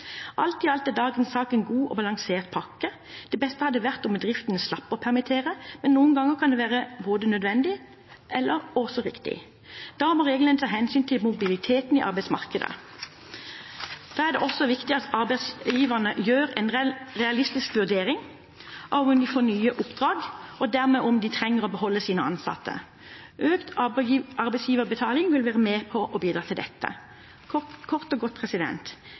Alt i alt er dagens sak en god og balansert pakke. Det beste hadde vært om bedriftene slapp å permittere, men noen ganger kan det være både nødvendig og riktig, og da må reglene ta hensyn til mobiliteten i arbeidsmarkedet. Da er det også viktig at arbeidsgiverne gjør en realistisk vurdering av om de får nye oppdrag, og dermed om de trenger å beholde sine ansatte. Økt arbeidsgiverbetaling vil være med på å bidra til dette. Kort og godt: